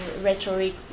rhetoric